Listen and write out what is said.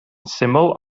syml